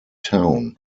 town